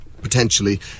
potentially